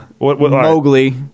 Mowgli